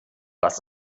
das